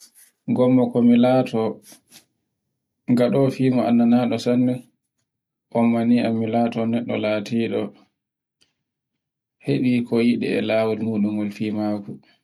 Gommo ko mi laato ngaɗo fimo annanamo sanne, gomma ni mi am milaato neɗɗo latiɗo, hebi ko yiɗi e lawol nguɗol fimaako.